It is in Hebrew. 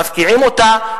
מפקיעים אותה,